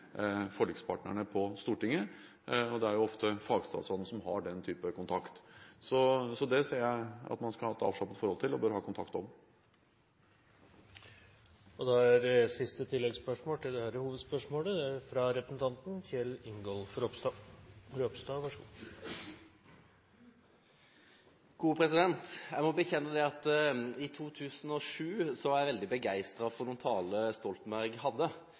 forlikspartnerne på Stortinget. Det er jo ofte fagstatsråden som har den type kontakt. Så det synes jeg at man skal ha et avslappet forhold til og bør ha kontakt om. Kjell Ingolf Ropstad – til siste oppfølgingsspørsmål. Jeg må bekjenne at jeg i 2007 var veldig begeistret for noen taler statsminister Stoltenberg holdt. Spesielt husker jeg godt den nyttårstalen da han lovet månelandingen. Jeg syntes det var en fantastisk god idé. Og så husker jeg